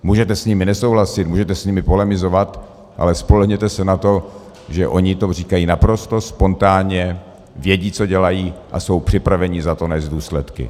Můžete s nimi nesouhlasit, můžete s nimi polemizovat, ale spolehněte se na to, že oni to říkají naprosto spontánně, vědí, co dělají, a jsou připraveni za to nést důsledky.